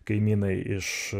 kaimynai iš